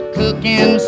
cooking